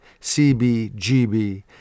CBGB